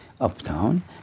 uptown